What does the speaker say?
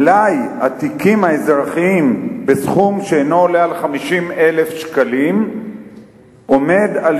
מלאי התיקים האזרחיים בסכום שאינו עולה על 50,000 שקלים עומד על